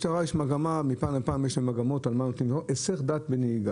כל אחד מהשופטים שלנו מטפל בערך ב-3,200 תיקים לשנה.